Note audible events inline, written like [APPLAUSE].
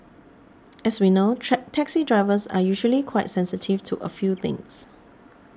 as we know [UNINTELLIGIBLE] taxi drivers are usually quite sensitive to a few things